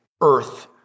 earth